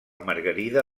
margarida